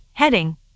Heading